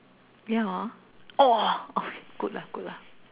ya orh !wah! okay good lah good lah